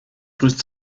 grüßt